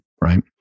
right